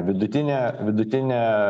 vidutinė vidutinė